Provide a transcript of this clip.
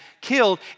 killed